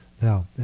Now